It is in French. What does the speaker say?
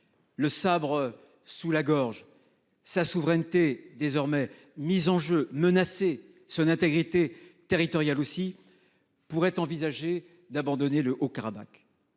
Le sabre sous la gorge. Sa souveraineté désormais mises en jeu menacer son intégrité territoriale aussi. Pourrait envisager d'abandonner le Haut-Karabakh.